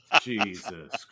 Jesus